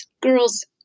girls